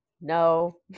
No